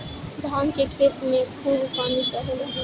धान के खेत में खूब पानी चाहेला